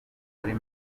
muri